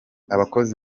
abakozi